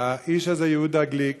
שהאיש הזה, יהודה גליק,